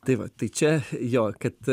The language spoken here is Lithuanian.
tai va tai čia jo kad